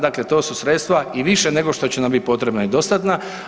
Dakle to su sredstva i više nego će nam biti potrebna i dostatna.